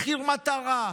מחיר מטרה,